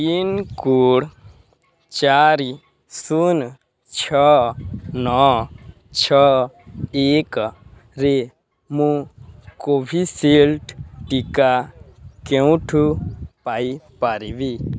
pincode ଚାରି ଶୂନ ଛଅ ନଅ ଛଅ ଏକରେ ମୁଁ କୋଭିଶିଲ୍ଡ୍ ଟିକା କେଉଁଠୁ ପାଇପାରିବି